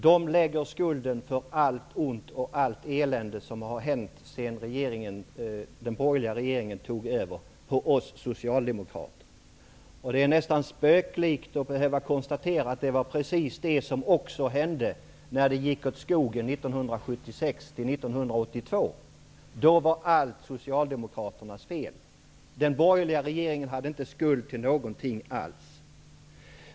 De lägger skulden för allt ont och allt elände som har hänt sedan den borgerliga regeringen tog över på oss socialdemokrater. Det är nästan spöklikt att behöva konstatera att det var precis det som också hände när det gick åt skogen 1976--1982. Då var allt Socialdemokraternas fel. Den borgerliga regeringen var inte skuld till någonting alls.